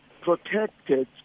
protected